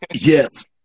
Yes